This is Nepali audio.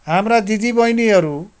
हाम्रा दिदीबहिनीहरू